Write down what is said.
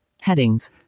Headings